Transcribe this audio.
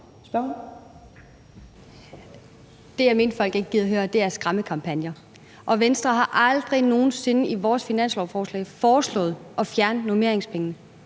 Det, jeg mente folk ikke gider høre, er skræmmekampagner, og Venstre har aldrig nogen sinde i vores finanslovsforslag foreslået at fjerne normeringsmidlerne.